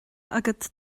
agat